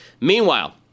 Meanwhile